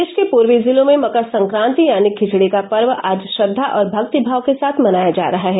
प्रदेश के पूर्वी जिलों में मकर संक्रांति यानी खिचड़ी का पर्व आज श्रद्वा और भक्ति भाव के साथ मनाया जा रहा है